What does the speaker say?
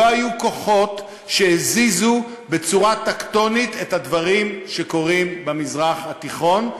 היו כוחות שהזיזו בצורה טקטונית את הדברים שקורים במזרח התיכון,